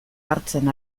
hartzen